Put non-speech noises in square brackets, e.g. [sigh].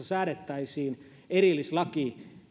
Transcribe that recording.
[unintelligible] säädettäisiin erillislaki